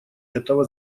этого